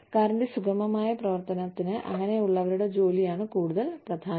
കാറിന്റെ സുഗമമായ പ്രവർത്തനത്തിന് അങ്ങനെയുള്ളവരുടെ ജോലിയാണ് കൂടുതൽ പ്രധാനം